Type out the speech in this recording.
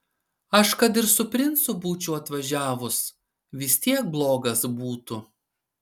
aš kad ir su princu būčiau atvažiavus vis tiek blogas būtų